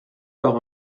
par